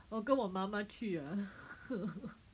我跟我妈妈去啊